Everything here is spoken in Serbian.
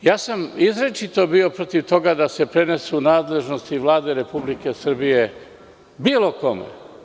Izričito sam bio protiv toga da se prenesu nadležnosti Vlade Republike Srbije bilo kome.